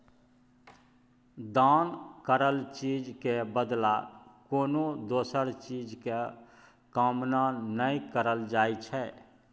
दान करल चीज के बदला कोनो दोसर चीज के कामना नइ करल जाइ छइ